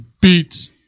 Beats